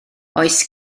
oes